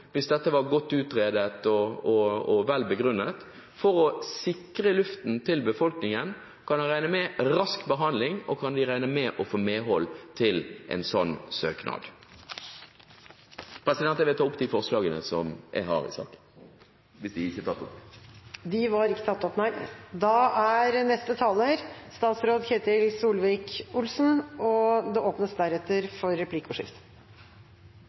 hvis dette var godt utredet og vel begrunnet for å sikre luften til befolkningen? Kan de regne med rask behandling, og kan de regne med å få medhold til en slik søknad? Jeg vil ta opp de forslagene vi har i saken, hvis de ikke er tatt opp. De er ikke tatt opp, nei. Da har representanten Heikki Eidsvoll Holmås tatt opp de forslagene han refererte til. Dette er